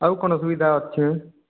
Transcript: ଆଉ କ'ଣ ସୁବିଧା ଅଛି